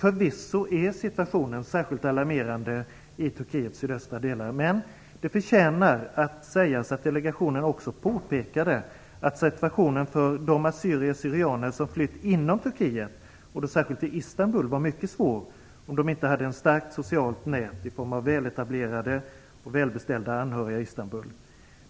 Förvisso är situationen särskilt alarmerande i Turkiets sydöstra delar, men det förtjänas att sägas att delegationen också påpekade att situationen för de assyrier och syrianer som flytt inom Turkiet, och då särskilt till Istanbul, var mycket svår om de inte hade ett starkt socialt nät i form av väletablerade och välbeställda anhöriga i Istanbul.